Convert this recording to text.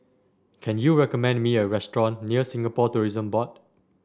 can you recommend me a restaurant near Singapore Tourism Board